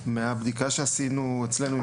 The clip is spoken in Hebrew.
בבדיקה שעשינו אצלנו,